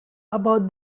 about